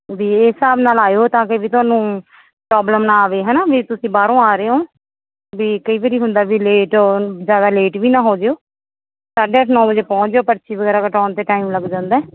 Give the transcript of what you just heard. ਵੀ ਇਸ ਹਿਸਾਬ ਨਾਲ ਆਇਓ ਤਾਂ ਕਿ ਵੀ ਤੁਹਾਨੂੰ ਪ੍ਰੋਬਲਮ ਨਾ ਆਵੇ ਹੈ ਨਾ ਵੀ ਤੁਸੀਂ ਬਾਹਰੋਂ ਆ ਰਹੇ ਹੋ ਵੀ ਕਈ ਵਾਰੀ ਹੁੰਦਾ ਵੀ ਲੇਟ ਜ਼ਿਆਦਾ ਲੇਟ ਵੀ ਨਾ ਹੋ ਜਿਓ ਸਾਢੇ ਅੱਠ ਨੌ ਵਜੇ ਪਹੁੰਚ ਜਿਓ ਪਰਚੀ ਵਗੈਰਾ ਕਟਵਾਉਣ 'ਤੇ ਟਾਇਮ ਲੱਗ ਜਾਂਦਾ